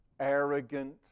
arrogant